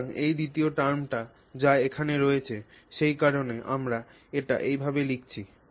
সুতরাং এই দ্বিতীয় টার্মটি যা এখানে রয়েছে সেই কারনে আমরা এটি এইভাবে লিখছি